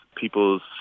people's